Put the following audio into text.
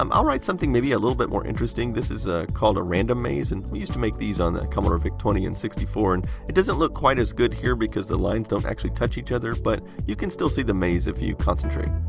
um i'll write something maybe a little bit more interesting. this is ah called a random maze. and we used to make these on the commodore vic twenty and sixty four. and it doesn't look quite as good here because the lines don't actually touch each other, but you can still see the maze if you concentrate.